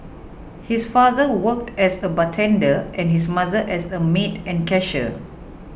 his father worked as a bartender and his mother as a maid and cashier